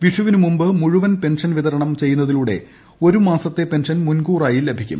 വിഷുവിന് മുമ്പ് മുഴുവൻ പെൻഷൻ വിതരണം ചെയ്യുന്നതിലൂടെ ഒരു മാസത്തെ പെൻഷൻ മുൻകൂറായി ലഭിക്കും